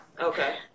Okay